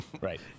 Right